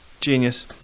Genius